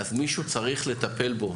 מישהו צריך לטפל בו,